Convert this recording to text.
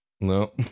No